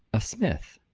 a smith!